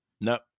Nope